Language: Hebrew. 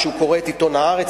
שהוא קורא את עיתון "הארץ"?